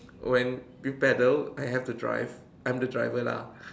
when you paddle I have to drive I'm the driver lah